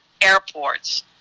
Airports